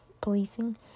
policing